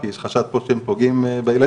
כי יש חשד פה שהם פוגעים בילדים.